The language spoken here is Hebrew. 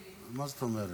מה זאת אומרת?